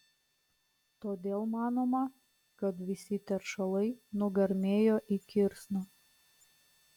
todėl manoma kad visi teršalai nugarmėjo į kirsną